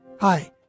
Hi